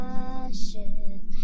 ashes